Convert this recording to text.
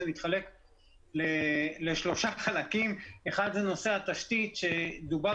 זה מתחלק לשלושה חלקים כאשר הנושא האחד הוא נושא התשתית ודובר